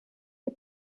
die